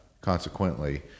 consequently